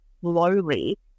slowly